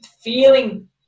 feeling